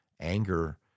anger